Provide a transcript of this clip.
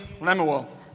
Lemuel